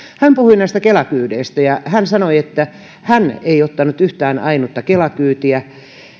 kuljettaja puhui näistä kela kyydeistä ja sanoi että hän ei ole ottanut yhtään ainutta kela kyytiä